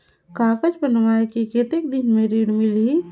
कागज बनवाय के कतेक दिन मे ऋण मिलही?